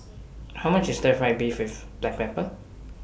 How much IS Stir Fried Beef with Black Pepper